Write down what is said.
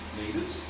needed